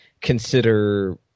consider